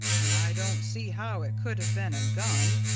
and i don't see how it could have been a gun,